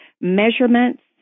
measurements